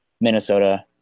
Minnesota